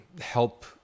help